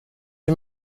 you